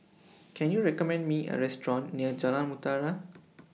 Can YOU recommend Me A Restaurant near Jalan Mutiara